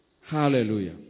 Hallelujah